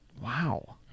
Wow